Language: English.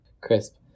Crisp